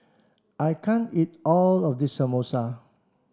I can't eat all of this Samosa